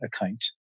account